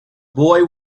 boy